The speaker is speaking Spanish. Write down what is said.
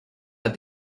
las